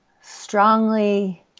strongly